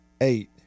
eight